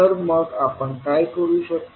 तर मग आपण काय करू शकतो